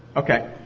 ok.